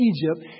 Egypt